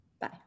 Bye